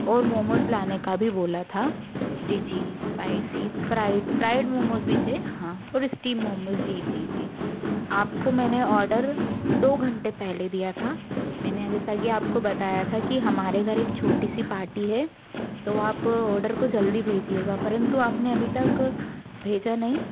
और मोमोज़ लाने का भी बोला था जी जी स्पाइसी फ्राइड फ्राइड मोमोज़ भी थे हाँ और स्टीम मोमोज़ जी जी जी आपको मैंने ऑर्डर दो घंटे पहले दिया था मैंने जैसा कि आपको बताया था कि हमारे घर एक छोटी सी पार्टी है तो आप ऑर्डर को जल्दी भेजिएगा परंतु आपने अभी तक भेजा नहीं